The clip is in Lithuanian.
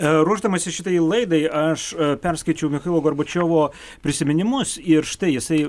ruošdamasis šitai laidai aš perskaičiau michailo gorbačiovo prisiminimus ir štai jisai